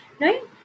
right